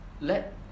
let